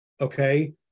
okay